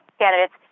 candidates